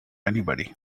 anybody